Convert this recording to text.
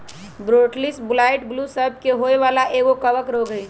Botrytis blight फूल सभ के होय वला एगो कवक रोग हइ